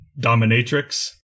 dominatrix